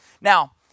Now